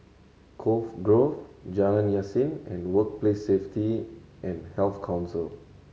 Cove Grove Jalan Yasin and Workplace Safety and Health Council